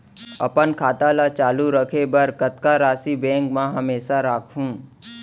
अपन खाता ल चालू रखे बर कतका राशि बैंक म हमेशा राखहूँ?